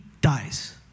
dies